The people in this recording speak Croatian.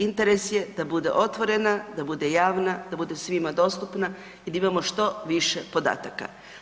Interes je da bude otvorena, da bude javna, da bude svima dostupna i da imamo što više podataka.